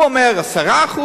הוא אומר: 10%,